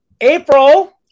april